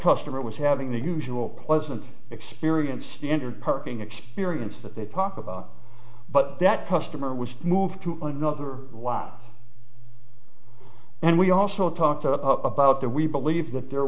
customer was having the usual pleasant experience standard parking experience that they talk about but that customer was moved to another lab and we also talked about that we believe that the